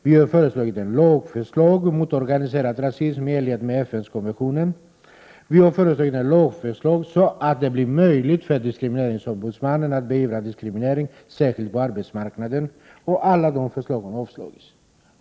Vi har föreslagit en lag, i enlighet med FN-konventionen, mot organiserad rasism, så att det blir möjligt för diskrimineringsombudsmannen att beivra 23 Alla våra förslag har avstyrkts.